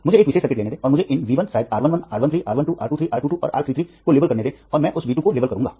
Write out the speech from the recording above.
मुझे एक विशेष सर्किट लेने दें और मुझे इन V 1 शायद R 1 1 R 1 3 R 1 2 R 2 3 R 2 2 और R 3 3 को लेबल करने दें और मैं उस V 2 को लेबल करूंगा